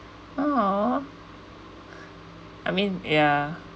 ah I mean ya